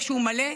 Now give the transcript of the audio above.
כשהוא מלא,